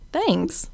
Thanks